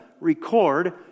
record